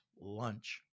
lunch